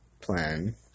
plan